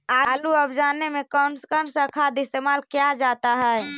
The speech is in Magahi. आलू अब जाने में कौन कौन सा खाद इस्तेमाल क्या जाता है?